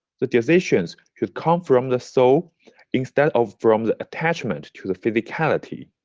the decisions should come from the soul instead of from the attachment to the physicality.